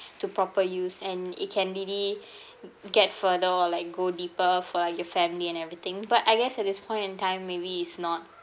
to proper use and it can really get further or like go deeper for like your family and everything but I guess at this point in time maybe it's not